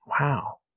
wow